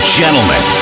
gentlemen